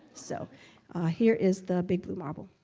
so here is the big blue marble.